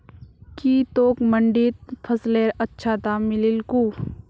की तोक मंडीत फसलेर अच्छा दाम मिलील कु